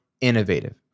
innovative